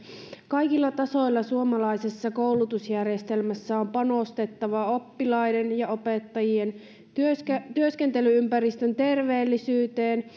kaikilla tasoilla suomalaisessa koulutusjärjestelmässä on panostettava oppilaiden ja opettajien työskentely työskentely ympäristön terveellisyyteen